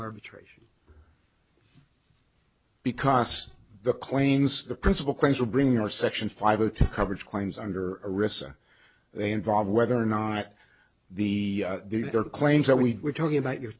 arbitration because the claims the principal claims will bring our section five of coverage claims under a risk they involve whether or not the there are claims that we were talking about your